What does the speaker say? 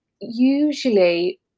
usually